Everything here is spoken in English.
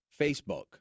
Facebook